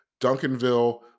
duncanville